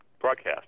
broadcast